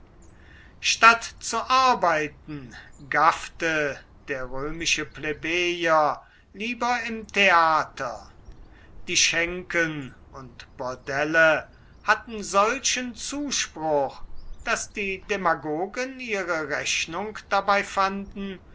statt zu arbeiten gaffte der römische plebejer lieber im theater die schenken und bordelle hatten solchen zuspruch daß die demagogen ihre rechnung dabei fanden